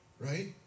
Right